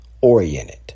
oriented